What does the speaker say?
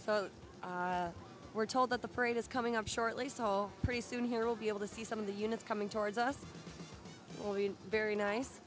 so we're told that the parade is coming up shortly pretty soon here will be able to see some of the units coming towards us very nice